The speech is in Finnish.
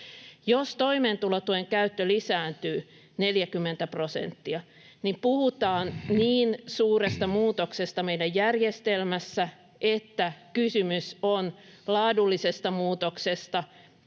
Jos toimeentulotuen käyttö lisääntyy 40 prosenttia, niin puhutaan niin suuresta muutoksesta meidän järjestelmäs-sämme, että kysymys on laadullisesta muutoksesta